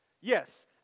yes